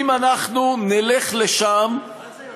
אם אנחנו נלך לשם, מה זה יותר?